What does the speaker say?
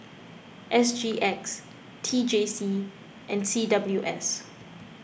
S G X T J C and C W S